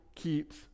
keeps